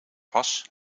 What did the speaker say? was